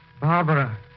Barbara